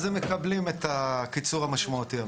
אז הם מקבלים את הקיצור המשמעותי.